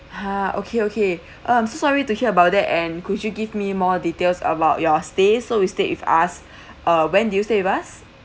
ha okay okay um so sorry to hear about that and could you give me more details about your stay so you stayed with us uh when did you stay with us